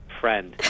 friend